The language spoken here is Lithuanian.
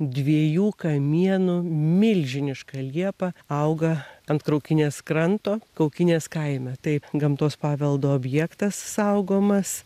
dviejų kamienų milžiniška liepa auga ant kaukinės kranto kaukinės kaime tai gamtos paveldo objektas saugomas